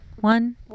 One